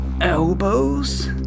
elbows